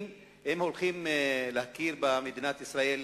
בשאלה אם הולכים להכיר במדינת ישראל,